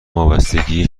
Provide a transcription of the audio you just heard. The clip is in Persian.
وابستگیه